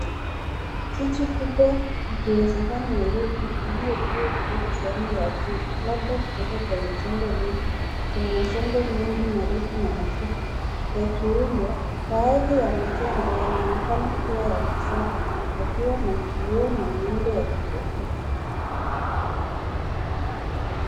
Chichi kubwa ikiwezekana Nairobi iliyopigwa kutoka sehemu ya juu labda kutoka kwenye jengo refu. Kuna majengo mengi marefu na mafupi yakiundwa baadhi ya majengo yanaonekana kuwa ya kisasa yakiwa na kioo na miundo ya kipekee.